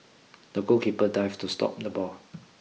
the goalkeeper dived to stop the ball